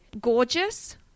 gorgeous